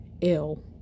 ill